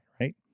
right